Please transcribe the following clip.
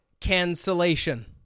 cancellation